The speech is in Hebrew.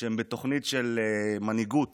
שהם בתוכנית של מנהיגות